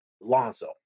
Lonzo